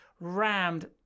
rammed